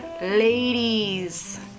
ladies